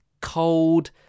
cold